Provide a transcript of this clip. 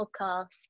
podcast